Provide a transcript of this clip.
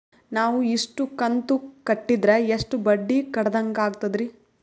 ನಾವು ಇಷ್ಟು ಕಂತು ಕಟ್ಟೀದ್ರ ಎಷ್ಟು ಬಡ್ಡೀ ಕಟ್ಟಿದಂಗಾಗ್ತದ್ರೀ?